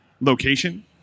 location